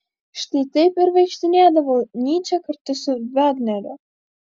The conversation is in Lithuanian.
štai taip ir vaikštinėdavo nyčė kartu su vagneriu